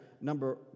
number